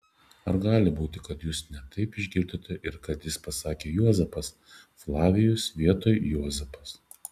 ar gali būti kad jūs ne taip išgirdote ir kad jis pasakė juozapas flavijus vietoj juozapas